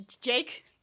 Jake